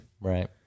Right